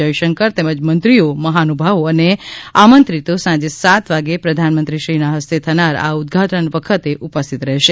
જયશંકર તેમજ મંત્રીઓ મહાનુભાવો અને આમંત્રિતો સાંજે સાત વાગે પ્રધામંત્રીશ્રીના હસ્તે થનારા આ ઉદઘાટન વેળાએ ઉપસ્થિત રહેશે